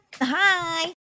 Hi